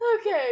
Okay